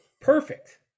perfect